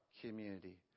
community